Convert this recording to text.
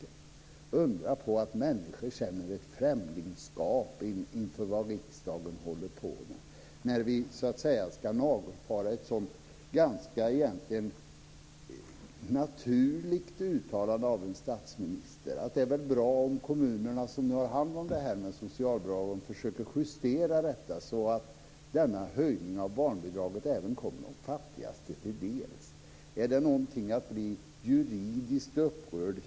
Det är inte att undra på att människor känner ett främlingskap inför vad riksdagen håller på med när vi ska nagelfara ett egentligen ganska naturligt uttalande av en statsminister, att det väl är bra om kommunerna, som nu har hand om det här med socialbidragen, försöker justera detta, så att denna höjning av barnbidraget även kommer de fattigaste till del. Är det någonting att bli juridiskt upprörd över?